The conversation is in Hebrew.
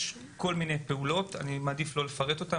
יש כל מיני פעולות שאני מעדיף לא לפרט אותן.